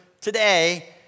today